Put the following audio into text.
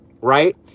right